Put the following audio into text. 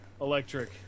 Electric